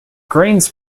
grains